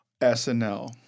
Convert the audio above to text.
SNL